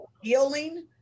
Healing